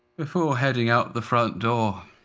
before heading out the front door,